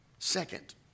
Second